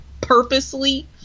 purposely